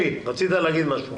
אלי רצית להגיד משהו.